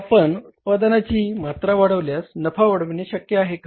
आपण उत्पादनाची मात्रा वाढविल्यास नफा वाढविणे शक्य आहे काय